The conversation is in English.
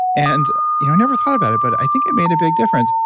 and you know i never thought about it, but i think it made a big difference.